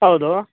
ಹೌದು